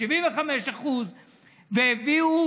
75%. והביאו,